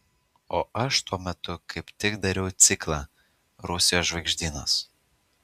o aš tuo metu kaip tik dariau ciklą rusijos žvaigždynas